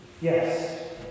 Yes